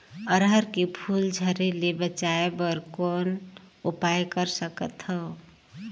अरहर के फूल झरे ले बचाय बर कौन उपाय कर सकथव?